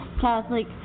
catholic